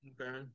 Okay